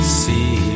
see